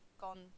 gone